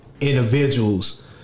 individuals